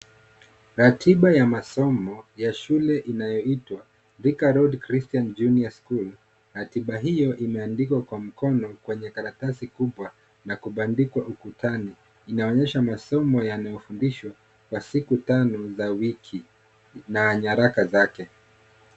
Ratiba ya masomo ya shule inayoitwa Thika Road Christian Junior School, ratiba hiyo imeandikwa kwa mkono kwenye karatasi kubwa na kubandikwa ukutani, inaonyesha masomo yanayofundishwa kwa siku tano za wiki na nyaraka zake.